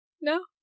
No